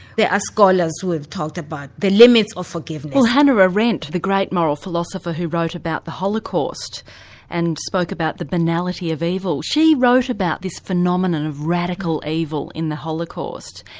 there are scholars who have talked about the limits of forgiveness. well hannah arendt, the great moral philosopher who wrote about the holocaust and spoke about the banality of evil, she wrote about this phenomenon of radical evil in the holocaust.